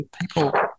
people